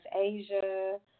Asia